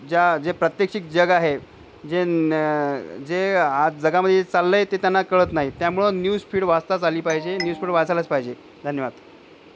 ज्या जे प्रात्यक्षिक जग आहे जे जे आज जगामध्ये चाललं आहे ते त्यांना कळत नाही त्यामुळं न्यूज फीड वाचताच आली पाहिजे न्यूज फीड वाचायलाच पाहिजे धन्यवाद